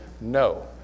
no